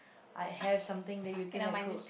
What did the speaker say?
I have something that you think I could